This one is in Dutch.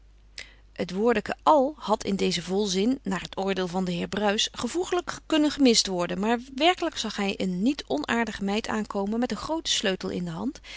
het woordeken al had in dezen volzin naar het oordeel van den heer bruis gevoeglijk kunnen gemist worden maar werkelijk zag hij een niet onaardige meid aankomen met een grooten sleutel in de hand